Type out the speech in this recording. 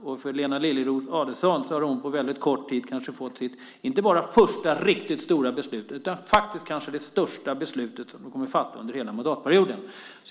Lena Adelsohn Liljeroth har på väldigt kort tid fått sitt inte bara första riktigt stora beslut att fatta utan kanske det största beslut som hon kommer att fatta under hela mandatperioden.